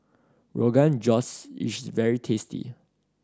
Rogan Josh is very tasty